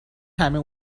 همه